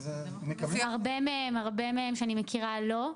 הרבה מהם שאני מכירה לא).